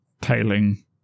tailing